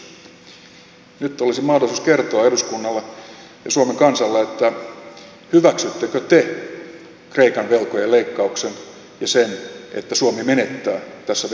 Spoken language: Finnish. nyt olisi mahdollisuus kertoa eduskunnalle ja suomen kansalle hyväksyttekö te kreikan velkojen leikkauksen ja sen että suomi menettää tässä velkajärjestelyssä rahaa